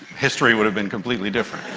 history would have been completely different.